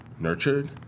nurtured